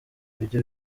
ibyo